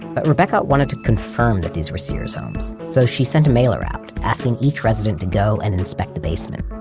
but rebecca wanted to confirm that these were sears homes, so she sent a mailer out, asking each resident to go and inspect the basement.